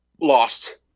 Lost